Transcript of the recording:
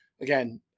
again